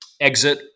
exit